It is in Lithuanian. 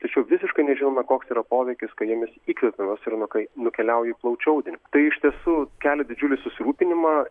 tačiau visiškai nežinoma koks yra poveikis kai jomis įkvepiamas ir nu kai nukeliauja į plaučių audinį tai iš tiesų kelia didžiulį susirūpinimą